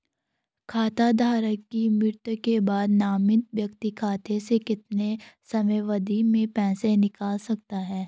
खाता धारक की मृत्यु के बाद नामित व्यक्ति खाते से कितने समयावधि में पैसे निकाल सकता है?